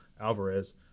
Alvarez